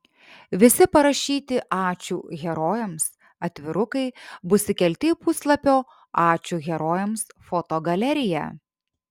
visi parašyti ačiū herojams atvirukai bus įkelti į puslapio ačiū herojams fotogaleriją